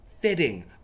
fitting